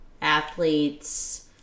athletes